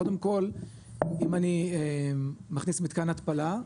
קודם כל אם אני מכניס מתקן התפלה,